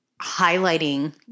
highlighting